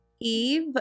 Eve